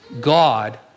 God